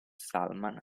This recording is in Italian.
stallman